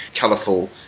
colourful